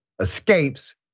escapes